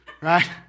right